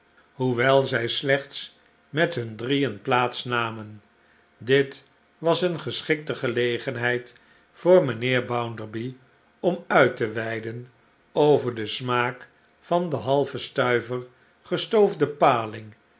hoewel zij slechts met hun drieen plaats namen dit was eene geschikte gelegenheid voor mijnheer bounderby om uit te weiden over den smaak van den halven stuiver gestoofde paling